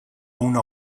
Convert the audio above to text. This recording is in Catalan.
una